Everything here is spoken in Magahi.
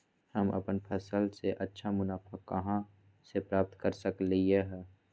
हम अपन फसल से अच्छा मुनाफा कहाँ से प्राप्त कर सकलियै ह?